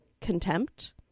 Contempt